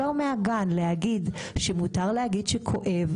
רגשית חברתית) ולהתחיל כבר מהגן להגיד שמותר להגיד שכואב.